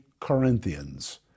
Corinthians